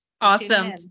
Awesome